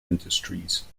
industries